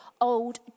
old